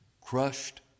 crushed